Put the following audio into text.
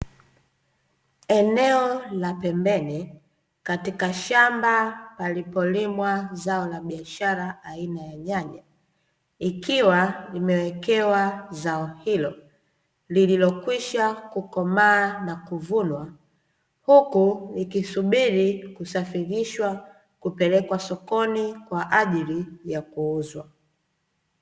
Eneo la pembeni katika shamba palipolimwa zao la biashara aina ya nyanya ikiwa imewekewa zao, hili lililokwisha kukomaa na kuvunwa huku likisubili kusafilishwa kupelekwa sokoni kwaajili ya kuuuzwa.